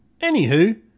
Anywho